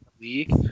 league